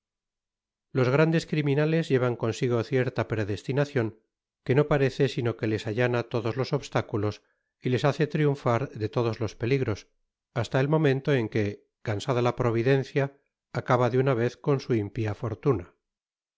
los grandes criminales llevan consigo cierta predestinacion que no parece sino que les allana todos los obstáculos y les hace triunfar de todos los peligros hasta el momento en que cansada la providencia acaba de una vez con su impia fortuna